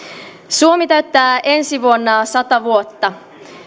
suomi täyttää ensi vuonna sata vuotta